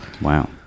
Wow